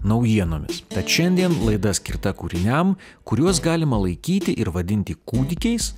naujienomis tad šiandien laida skirta kūriniam kuriuos galima laikyti ir vadinti kūdikiais